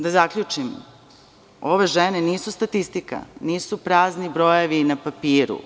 Da zaključim, ove žene nisu statistika, nisu prazni brojevi na papiru.